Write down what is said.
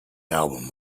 album